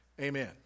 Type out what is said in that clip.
Amen